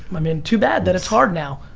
mean too bad that it's hard now.